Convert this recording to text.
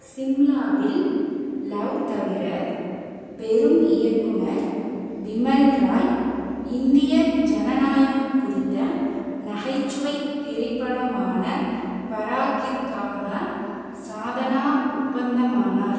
சிம்லாவில் love தவிர பெரும் இயக்குனர் பிமல் ராய் இந்திய ஜனநாயகம் குறித்த நகைச்சுவைத் திரைப்படமான பராக்கிற்காக சாதனா ஒப்பந்தமானார்